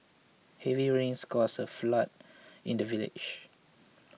heavy rains caused a flood in the village